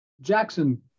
jackson